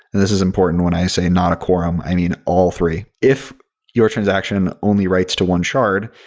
and this is important. when i say not a quorum, i mean, all three. if your transaction only writes to one shard,